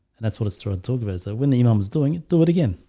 that's what it's trying to talk about. so when the imam is doing it do it again,